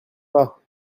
pas